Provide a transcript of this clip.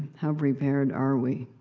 how prepared are we?